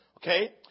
Okay